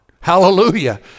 Hallelujah